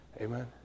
Amen